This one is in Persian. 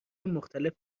مختلف